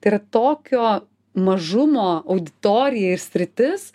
tai yra tokio mažumo auditorija ir sritis